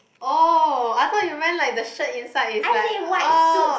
oh I thought you meant like the shirt inside is oh